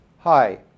Hi